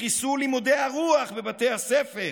לחיסול לימודי הרוח בבתי הספר,